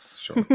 Sure